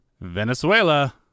Venezuela